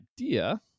idea